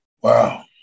Wow